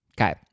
Okay